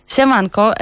Siemanko